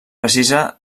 precisa